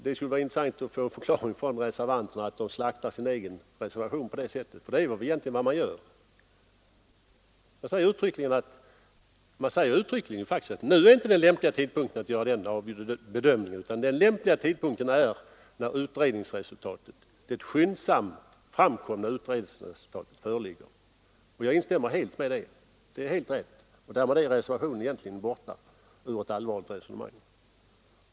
Det skulle vara intressant att få höra en förklaring från reservanterna till att de slaktar sin egen reservation på det sättet — för det är ju egentligen vad de gör. De säger faktiskt uttryckligen att det nu inte är någon lämplig tidpunkt att göra den bedömningen, utan den lämpliga tidpunkten är när det skyndsamt framtagna utredningsresultatet föreligger. Jag instämmer helt i det: det är helt rätt! Därmed är er reservation egentligen helt borta ur ett allvarligt resonemang.